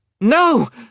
No